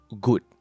good